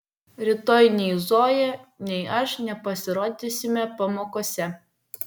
rytoj nei zoja nei aš nepasirodysime pamokose